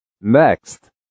Next